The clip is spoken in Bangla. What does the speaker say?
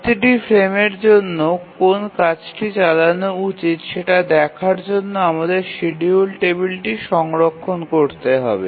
প্রতিটি ফ্রেমের জন্য কোন কাজটি চালানো উচিত সেটা দেখার জন্য আমাদের শিডিউল টেবিলটি সংরক্ষণ করতে হবে